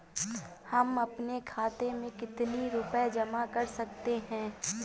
हम अपने खाते में कितनी रूपए जमा कर सकते हैं?